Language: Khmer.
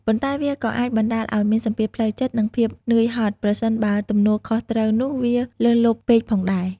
ប៉ុន្តែវាក៏អាចបណ្ដាលឱ្យមានសម្ពាធផ្លូវចិត្ត និងភាពនឿយហត់ ប្រសិនបើទំនួលខុសត្រូវនោះវាលើសលប់ពេកផងដែរ។